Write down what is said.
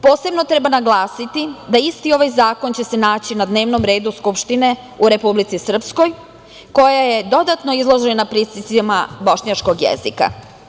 Posebno treba naglasiti da će se isti ovaj zakon naći na dnevnom redu Skupštine u Republici Srpskoj, koja je dodatno izložena pritiscima bošnjačkog jezika.